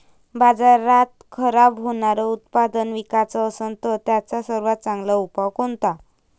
बाजारात खराब होनारं उत्पादन विकाच असन तर त्याचा सर्वात चांगला उपाव कोनता?